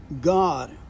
God